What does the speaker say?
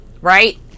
right